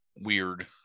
weird